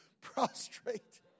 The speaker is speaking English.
prostrate